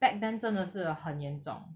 back then 真的是很严重